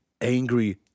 angry